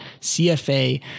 CFA